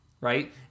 right